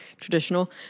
Traditional